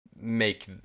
make